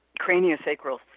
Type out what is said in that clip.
craniosacral